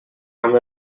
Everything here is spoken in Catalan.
amb